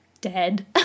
dead